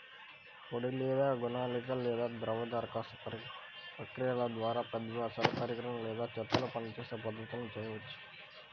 పొడి లేదా గుళికల లేదా ద్రవ దరఖాస్తు ప్రక్రియల ద్వారా, పెద్ద వ్యవసాయ పరికరాలు లేదా చేతితో పనిచేసే పద్ధతులను చేయవచ్చా?